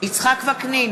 יצחק וקנין,